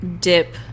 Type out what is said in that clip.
dip